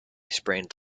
sprained